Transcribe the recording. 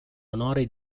onore